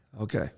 Okay